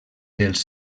dels